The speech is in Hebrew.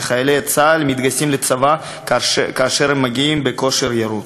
חיילי צה"ל מגיעים לצבא כאשר הם בכושר ירוד.